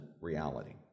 reality